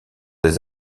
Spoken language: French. des